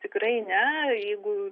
tikrai ne jeigu